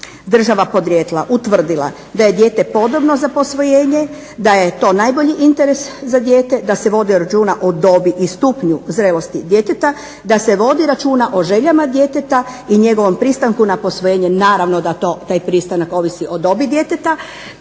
država podrijetla utvrdila da je dijete podobno za posvojenje, da je to najbolji interes za dijete, da se vodi računa o dobi i stupnju zrelosti djeteta, da se vodi računa o željama djeteta i njegovom pristanku na posvojenje. Naravno da taj pristanak ovisi o dobi djeteta,